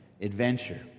adventure